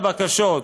ועדת המרכז,